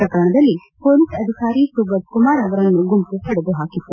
ಪ್ರಕರಣದಲ್ಲಿ ಪೊಲೀಸ್ ಅಧಿಕಾರಿ ಸುಬೋದ್ ಕುಮಾರ್ ಅವರನ್ನು ಗುಂಪು ಹೊಡೆದುಹಾಕಿತ್ತು